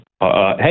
Hey